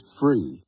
free